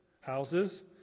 houses